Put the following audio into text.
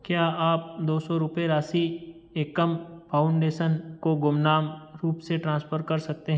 क्या आप दो सौ रुपये राशि एकम फाउंडेसन को गुमनाम रूप से ट्रांसफ़र कर सकते